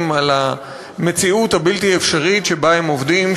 על המציאות הבלתי-אפשרית שבה הם עובדים,